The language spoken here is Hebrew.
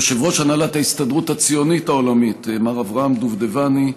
יושב-ראש הנהלת ההסתדרות הציונית העולמית מר אברהם דובדבני,